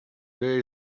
there